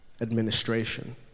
administration